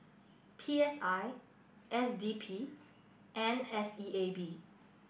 P S I S D P and S E A B